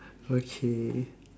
okay